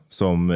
som